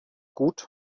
gut